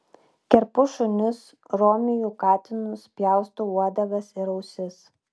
kerpu šunis romiju katinus pjaustau uodegas ir ausis